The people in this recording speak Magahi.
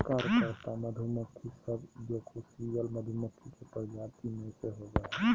कार्यकर्ता मधुमक्खी सब यूकोसियल मधुमक्खी के प्रजाति में से होबा हइ